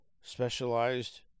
Specialized